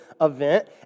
event